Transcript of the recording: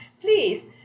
Please